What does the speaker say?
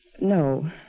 No